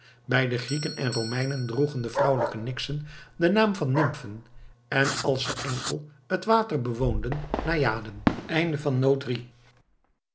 bij de grieken en romeinen droegen de vrouwelijke nixen den naam van nymphen en als ze enkel het water bewoonden najaden